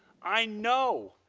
i know,